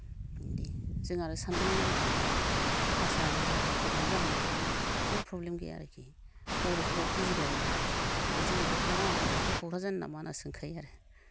जों आरो सान्दोंमोन आरखि भासानि थाखाय प्रब्लेम जागोन नामा होननानै जेबो प्रब्लेम गैया आरखि बर'खौबा बुजिबावो बिसोरो जोङो दख'ना गानना थांब्लाथ' क'क्राझारनि नामा होनना सोंखायो आरो